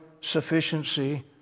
sufficiency